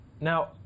Now